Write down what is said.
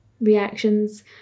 reactions